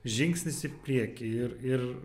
žingsnis į priekį ir ir